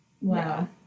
Wow